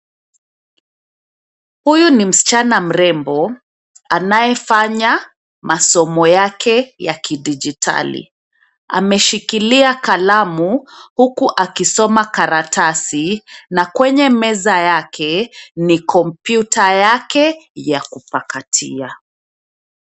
Huyu ni msichana mrembo anayefanya masomo yake ya kidijitali. Ameshikilia kalamu huku akisoma karatasi na kwenye meza yake ni kompyuta yake yakupakatia.